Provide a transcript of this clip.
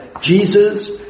Jesus